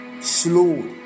slow